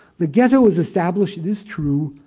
the ghetto was established, it is true,